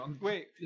Wait